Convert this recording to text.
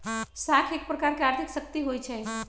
साख एक प्रकार के आर्थिक शक्ति होइ छइ